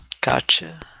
Gotcha